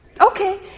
Okay